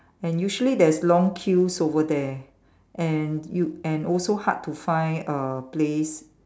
and usually there's long queues over there and you and also hard to find err place